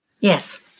Yes